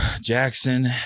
Jackson